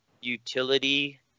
utility